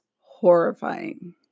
horrifying